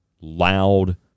loud